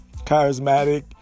charismatic